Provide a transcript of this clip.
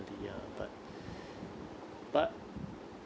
ya but but